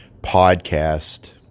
podcast